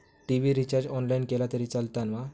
TV recharge online केला तरी चलात मा?